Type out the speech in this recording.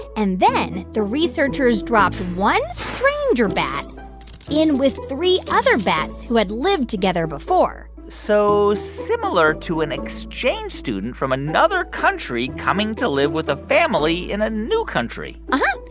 and then the researchers dropped one stranger bat in with three other bats who had lived together before so similar to an exchange student from another country coming to live with a family in a new country uh-huh.